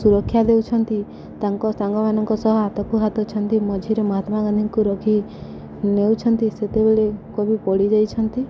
ସୁରକ୍ଷା ଦେଉଛନ୍ତି ତାଙ୍କ ସାଙ୍ଗମାନଙ୍କ ସହ ହାତକୁ ହାତ ଛନ୍ଦି ମଝିରେ ମହାତ୍ମା ଗାନ୍ଧୀଙ୍କୁ ରଖି ନେଉଛନ୍ତି ସେତେବେଳେ କବି ପଡ଼ି ଯାଇଛନ୍ତି